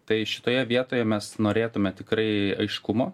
tai šitoje vietoje mes norėtume tikrai aiškumo